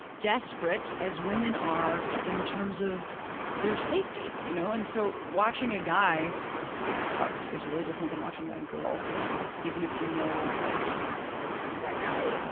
desperate as women are in terms of their safety. you know and so watching a guy get fucked is really different than watching ah a girl get fucked, even if you know that that guy